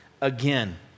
again